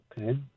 Okay